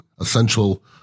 essential